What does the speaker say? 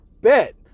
Bet